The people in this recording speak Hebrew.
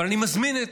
אבל אני מזמין את